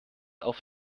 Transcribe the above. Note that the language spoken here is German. auf